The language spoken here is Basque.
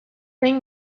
behin